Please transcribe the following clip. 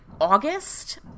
August